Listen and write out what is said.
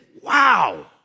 wow